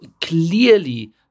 clearly